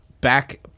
back